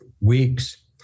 weeks